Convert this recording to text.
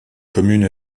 commune